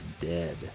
dead